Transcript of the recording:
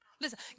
Listen